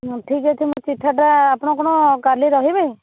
ହୁଁ ଠିକ୍ଅଛି ମୁଁ ଚିଠାଟା ଆପଣ କ'ଣ କାଲି ରହିବେ